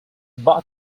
bought